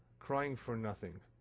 crying for nothing?